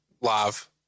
Live